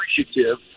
appreciative